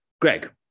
Greg